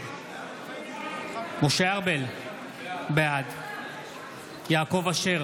נגד משה ארבל, בעד יעקב אשר,